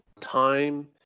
time